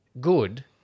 good